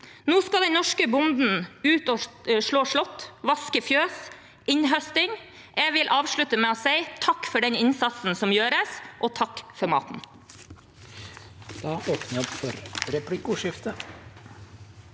Nå skal den norske bonden ut og ta slåtten, vaske fjøs og høste inn. Jeg vil avslutte med å si: Takk for den innsatsen som gjøres, og takk for maten.